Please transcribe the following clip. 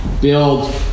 build